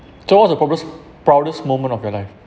so what's the proudest proudest moment of your life